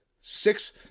six